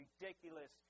ridiculous